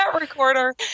recorder